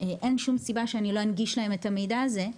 אין שום סיבה שאני לא אנגיש להם את המידע הזה,